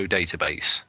Database